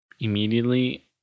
immediately